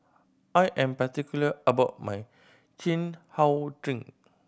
I am particular about my chin How drink